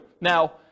Now